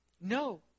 No